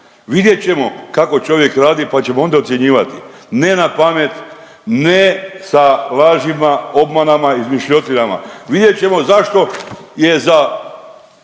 Vidjet ćemo kako čovjek radi pa ćemo onda ocjenjivati. Ne napamet, ne sa lažima, obmanama, izmišljotinama, vidjet ćemo zašto je za g.